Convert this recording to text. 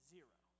Zero